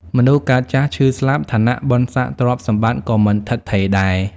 មនុស្សកើតចាស់ឈឺស្លាប់។ ឋានៈ បុណ្យស័ក្ដិ ទ្រព្យសម្បត្តិ ក៏មិនឋិតថេរដែរ។